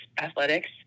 athletics